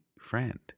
friend